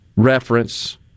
reference